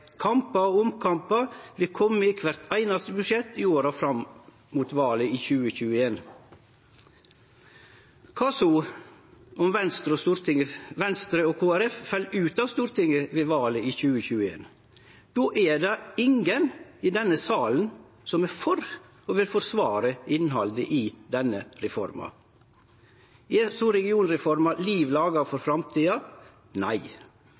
Kampar og omkampar vil kome i kvart einaste budsjett i åra fram mot valet i 2021. Kva så om Venstre og Kristeleg Folkeparti fell ut av Stortinget ved valet i 2021? Då er det ingen i denne salen som er for og vil forsvare innhaldet i denne reforma. Er så regionreforma liv laga for framtida? Nei,